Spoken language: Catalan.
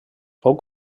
fou